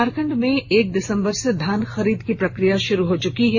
झारखंड में एक दिसंबर से धान खरीद की प्रक्रिया शुरू हो चुकी है